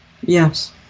Yes